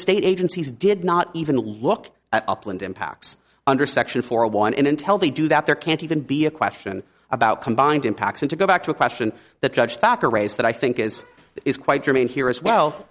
state agencies did not even look at upland impacts under section four one and intel they do that there can't even be a question about combined impacts and to go back to a question that judge factor raised that i think is is quite germane here as well